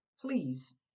Please